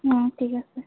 হুম ঠিক আছে